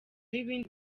ibindi